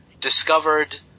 discovered